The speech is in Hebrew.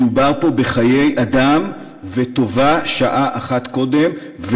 מדובר פה בחיי אדם, וטובה שעה אחת קודם.